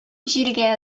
җиргә